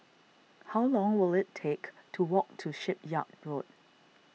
how long will it take to walk to Shipyard Road